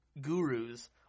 gurus